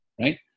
right